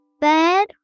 bed